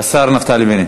השר נפתלי בנט,